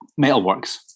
Metalworks